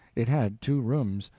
it had two rooms,